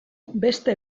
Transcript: beste